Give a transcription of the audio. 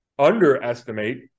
underestimate